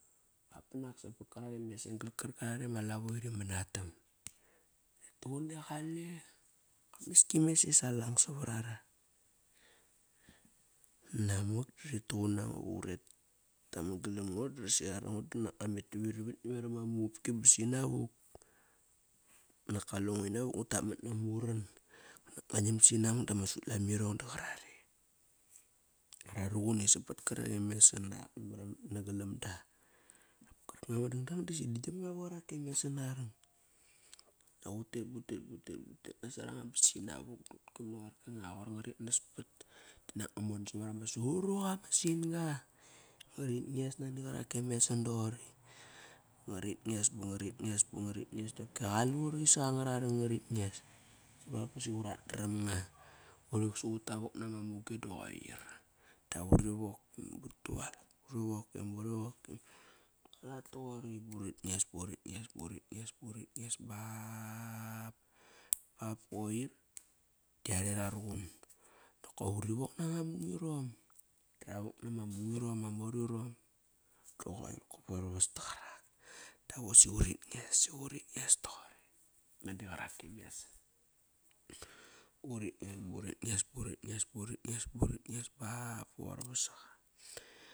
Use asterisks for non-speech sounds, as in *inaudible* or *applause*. A banak sap pat karak e mesan kal karare ma lavo iri manatan. Rit tuquni qale ma iski mes sa savarara. Namak, rituqun nango va uret taman galam ngo dosi arongo banak ngua met tavit naveram ama upki ba sinavuk. Nak kaleng ina vuk ngut tap mat nama uran. Ngua nam sinamak dama sutlamirong da qarare. Ra ruqun sap pat karak e mesan na galam da. Karanga ma dangdang disi dan dam nga vat karak e mesan arang. Nak utet, butet, butet, butet nasoranga ba sinavuk *unintelligible* koir ngarit nas pat. Dat ngamon samat ama suruqa ma sin-ga. Ngarit nges nani qarak e mesan doqori. Ngarit nges, bangarit nges bangarit nges dopki qaluri sanganga rarang i ngari nges ba bosi urat naram nga. Urik suqut tavok nama muga da qoir, dap uri vok but ualat buri wok. *unintelligible* Burit nges, burit nges, burit nges. burit nges bap. Bap ba qoir da yare ra ruqun nokop uri wok nanga mung irom/ Dara wok nama mungirom ma morirom. Koir vastaqarak dap osi urit nges urit nges toqori nani qarak e mesan. Urit nges burit, nges burit nges burit nges burit nges ba ba qoir vasaqa.